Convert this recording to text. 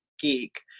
geek